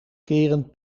keren